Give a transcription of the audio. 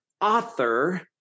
author